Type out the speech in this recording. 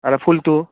আৰু ফুলটো